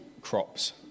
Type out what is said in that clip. crops